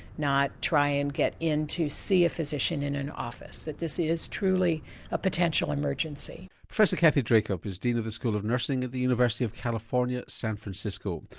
not try and get into see a physician in an office, that this is truly a potential emergency. professor kathleen dracup is dean of the school of nursing at the university of california, san francisco.